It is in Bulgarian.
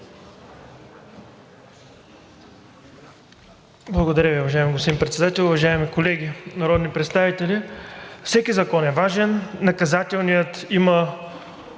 Благодаря Ви, уважаеми господин Председател. Уважаеми колеги народни представители, всеки закон е важен, наказателният има